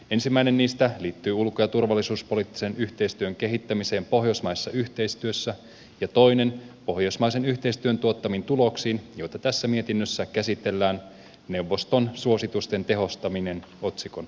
ensimmäinen niistä liittyy ulko ja turvallisuuspoliittisen yhteistyön kehittämiseen pohjoismaissa yhteistyössä ja toinen pohjoismaisen yhteistyön tuottamiin tuloksiin joita tässä mietinnössä käsitellään neuvoston suositusten tehostaminen otsikon alla